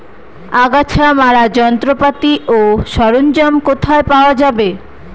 আগাছা মারার যন্ত্রপাতি ও সরঞ্জাম কোথায় পাওয়া যাবে?